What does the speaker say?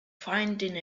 finding